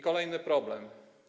Kolejny problem.